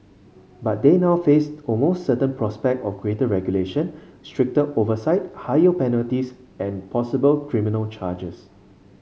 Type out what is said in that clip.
but they now face almost certain prospect of greater regulation stricter oversight higher penalties and possible criminal charges